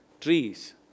trees